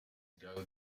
ago